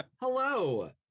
hello